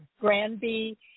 Granby